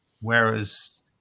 Whereas